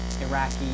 Iraqi